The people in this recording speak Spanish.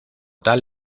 tal